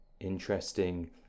interesting